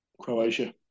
Croatia